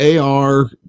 AR